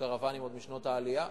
קרוונים עוד משנות העלייה.